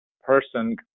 person